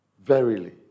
verily